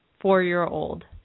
four-year-old